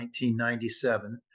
1997